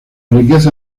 riqueza